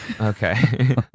Okay